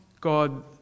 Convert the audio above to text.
God